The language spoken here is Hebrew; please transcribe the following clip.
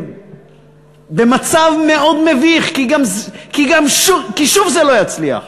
במצב מאוד מביך, כי שוב זה לא יצליח.